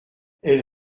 elle